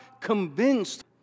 convinced